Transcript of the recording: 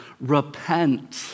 Repent